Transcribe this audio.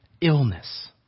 illness